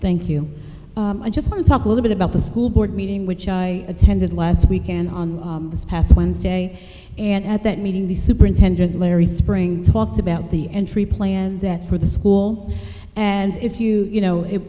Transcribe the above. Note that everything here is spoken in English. thank you i just want to talk a little bit about the school board meeting which i attended last weekend on this past wednesday and at that meeting the superintendent larry spring talked about the entry plan that for the school and if you you know